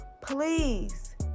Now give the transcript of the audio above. Please